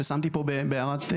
ששמתי פה בכוכבית,